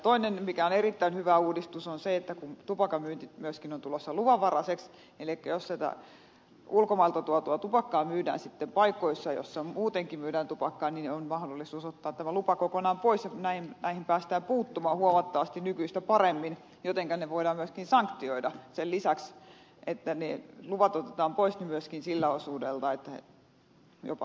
toinen mikä on erittäin hyvä uudistus on se että kun tupakanmyynti myöskin on tulossa luvanvaraiseksi elikkä jos sitä ulkomailta tuotua tupakkaa myydään sitten paikoissa joissa muutenkin myydään tupakkaa niin on mahdollisuus ottaa tämä lupa kokonaan pois ja näihin päästään puuttumaan huomattavasti nykyistä paremmin jotenka ne voidaan myöskin sanktioida sen lisäksi että ne luvat otetaan pois niin myöskin jopa sakkoihin asti